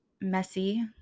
messy